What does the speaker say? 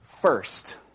first